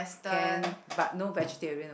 can but no vegetarian